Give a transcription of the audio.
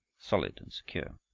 solid and secure.